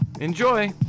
enjoy